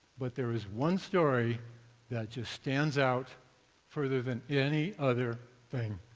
but there is one story that just stands out further than any other thing.